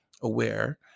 aware